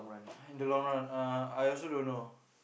uh in the long run uh I also don't know